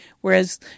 Whereas